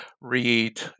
read